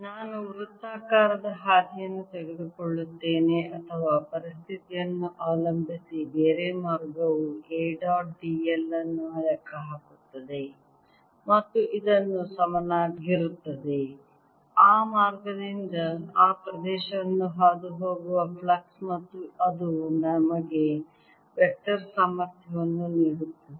ನಾನು ವೃತ್ತಾಕಾರದ ಹಾದಿಯನ್ನು ತೆಗೆದುಕೊಳ್ಳುತ್ತೇನೆ ಅಥವಾ ಪರಿಸ್ಥಿತಿಯನ್ನು ಅವಲಂಬಿಸಿ ಬೇರೆ ಮಾರ್ಗವು A ಡಾಟ್ d l ಅನ್ನು ಲೆಕ್ಕಹಾಕುತ್ತದೆ ಮತ್ತು ಇದನ್ನು ಸಮನಾಗಿರುತ್ತದೆ ಆ ಮಾರ್ಗದಿಂದ ಆ ಪ್ರದೇಶವನ್ನು ಹಾದುಹೋಗುವ ಫ್ಲಕ್ಸ್ ಮತ್ತು ಅದು ನಮಗೆ ವೆಕ್ಟರ್ ಸಾಮರ್ಥ್ಯವನ್ನು ನೀಡುತ್ತದೆ